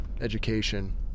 education